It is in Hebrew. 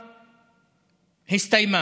היא הסתיימה.